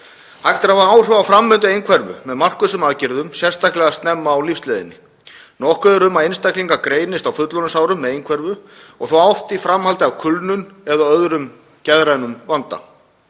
Hægt er að hafa áhrif á framvindu einhverfu með markvissum aðgerðum, sérstaklega snemma á lífsleiðinni. Nokkuð er um að einstaklingar greinist á fullorðinsárum með einhverfu og þá oft í framhaldi af kulnun eða öðrum geðrænum vanda.